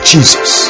Jesus